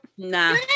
Nah